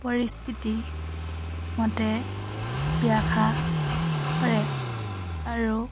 পৰিস্থিতি মতে ব্যাখ্যা কৰে আৰু